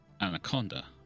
Anaconda